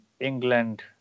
England